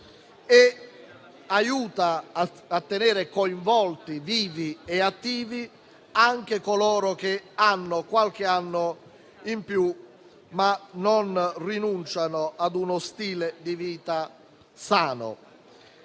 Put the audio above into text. e aiuta a tenere coinvolti, vivi e attivi anche coloro che hanno qualche anno in più, ma non rinunciano ad uno stile di vita sano.